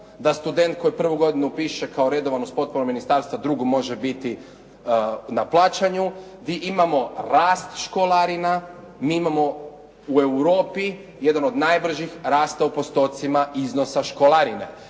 da student koji prvu godinu upiše kao redovan uz potporu ministarstva drugu može biti na plaćanju i imamo rast školarina. Mi imamo u Europi jedan od najbržih rasta u postotcima iznosa školarina.